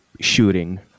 shooting